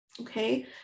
okay